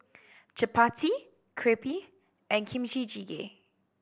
Chapati Crepe and Kimchi Jjigae